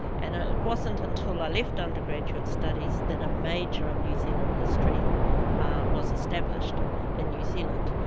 and ah it wasn't until i left undergraduate studies, that a major in new zealand history was established in new zealand.